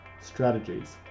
strategies